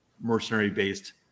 mercenary-based